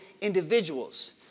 individuals